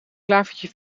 klavertje